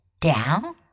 Down